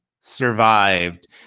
survived